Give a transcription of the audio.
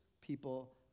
people